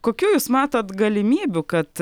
kokių jūs matot galimybių kad